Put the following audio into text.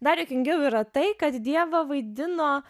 dar juokingiau yra tai kad dievą vaidino